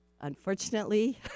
unfortunately